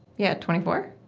yeah, twenty four?